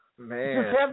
Man